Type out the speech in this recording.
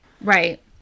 Right